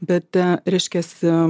bet a reiškiasi